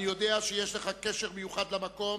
אני יודע שיש לך קשר מיוחד למקום,